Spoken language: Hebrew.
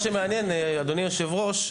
אדוני היושב ראש,